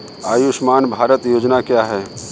आयुष्मान भारत योजना क्या है?